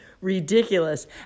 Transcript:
ridiculous